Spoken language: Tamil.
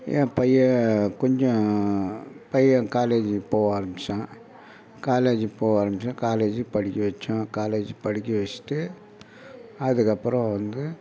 என் பையன் கொஞ்சம் பையன் காலேஜுக்கு போக ஆரம்மித்தான் காலேஜு போக ஆரம்பித்தோன்ன காலேஜ் படிக்க வெத்தேன் காலேஜி படிக்க வெச்சுட்டு அதுக்கப்புறம் வந்து